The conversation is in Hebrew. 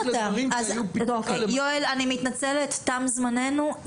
יואל, אני מתנצלת, תם זמננו.